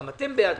גם אתם בעד,